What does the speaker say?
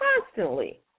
constantly